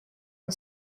and